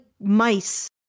mice